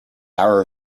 hour